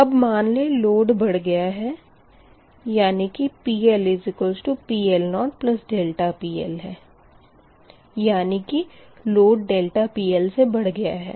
अब मान लें लोड बढ़ गया है यानी कि PLPL0PL है यानी कि लोड PL से बढ़ गया है